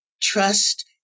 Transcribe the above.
trust